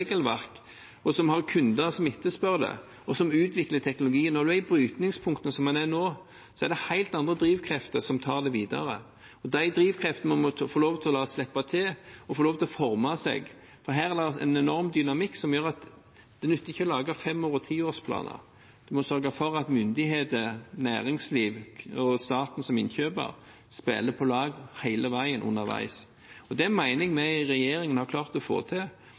et regelverk, som har kunder som etterspør det, og som utvikler teknologien. Når man er i brytningspunktet, som man er nå, er det helt andre drivkrefter som tar det videre. De drivkreftene må få lov til å slippe til og få lov til å forme seg, for her er det en enorm dynamikk som gjør at det ikke nytter å lage fem- og tiårsplaner. Man må sørge for at myndighetene, næringslivet og staten som innkjøper spiller på lag hele veien underveis. Det mener jeg vi i regjeringen har klart å få til,